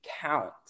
count